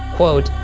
quote,